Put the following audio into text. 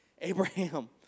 Abraham